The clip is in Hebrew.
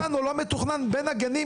בין הגנים,